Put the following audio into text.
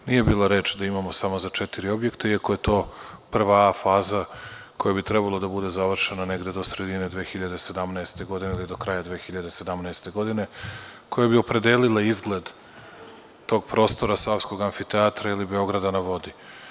Nije bilo reči da imamo samo za četiri objekta iako je to prva A faza koja bi trebalo da bude završena negde do sredine 2017. godine ili do kraja 2017. godine koja bi opredelila izgled tog prostora Savskom amfiteatra ili „Beograda na vodi“